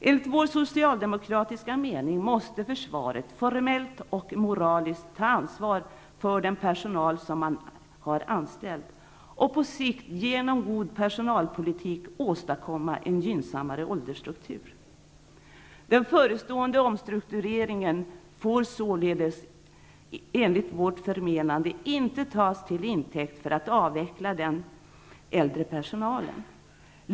Enligt vår socialdemokratiska mening måste försvaret formellt och moraliskt ta ansvar för den personal som är anställd och på sikt genom god personalpolitik åstadkomma en gynnsammare åldersstruktur. Den förestående omstruktureringen får således enligt vårt förmenande inte tas till intäkt för att avveckla den äldre personalen.